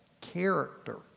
character